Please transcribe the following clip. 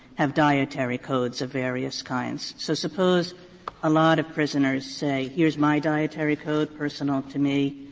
have dietary codes of various kinds. so suppose a lot of prisoners say, here's my dietary code personal to me,